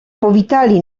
powitali